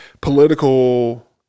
political